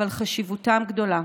אבל חשיבותם גדולה.